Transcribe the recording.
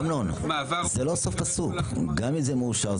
אמנון, זה לא סוף פסוק גם אם זה מאושר.